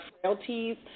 frailties